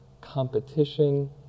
competition